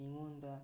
ꯃꯤꯉꯣꯟꯗ